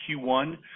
Q1